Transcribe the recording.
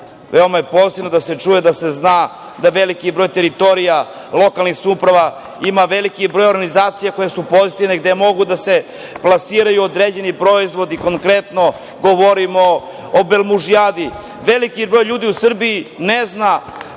veoma je pozitivno da se čuje, da se zna da veliki broj teritorija, lokalnih samouprava ima veliki broj organizacije koje su pozitivne, gde mogu da se plasiraju određeni proizvodi. Konkretno, govorim o „Belmužijadi“. Veliki broj ljudi u Srbiji ne zna,